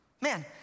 Man